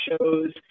shows